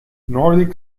nordic